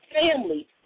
family